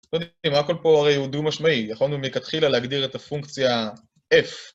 לא יודעים מה קורה פה הרי הוא דו משמעי, יכולנו מכתחילה להגדיר את הפונקציה F